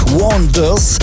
wonders